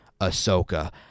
Ahsoka